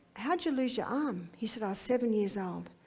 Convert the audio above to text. how'd you lose your arm? he said, i was seven years old,